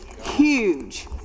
huge